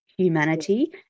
Humanity